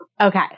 Okay